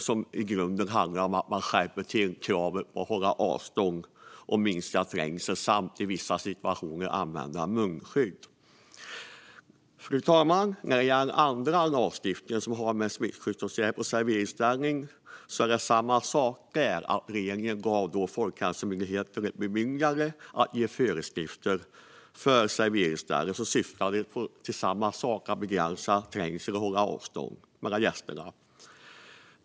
I grunden handlar det om att skärpa kravet på att hålla avstånd och minska trängsel samt i vissa situationer använda munskydd. Fru talman! När det gäller den del av lagstiftningen som handlar om smittskyddsåtgärder på serveringsställen är det samma sak där. Regeringen gav Folkhälsomyndigheten ett bemyndigande att utfärda föreskrifter för serveringsställen som syftar till samma sak, nämligen att begränsa trängsel och hålla avstånd mellan gästerna.